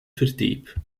verdiep